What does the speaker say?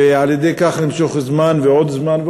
ועל-ידי כך למשוך זמן ועוד זמן,